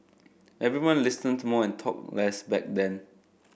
everyone listened to more and talked less back then